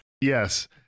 Yes